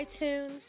iTunes